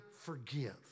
forgive